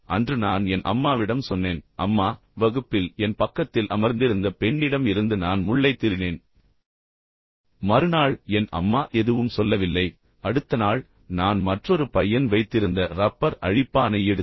அன்று நான் என் அம்மாவிடம் சொன்னேன் அம்மா வகுப்பில் என் பக்கத்தில் அமர்ந்திருந்த பெண்ணிடம் இருந்து நான் முள்ளை திருடினேன் மறுநாள் என் அம்மா எதுவும் சொல்லவில்லை அடுத்த நாள் நான் மற்றொரு பையன் வைத்திருந்த ரப்பர் அழிப்பானை எடுத்தேன்